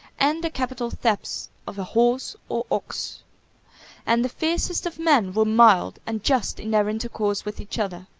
and the capital thefts of a horse or ox and the fiercest of men were mild and just in their intercourse with each other.